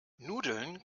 nudeln